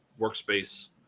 workspace